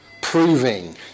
proving